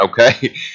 okay